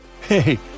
Hey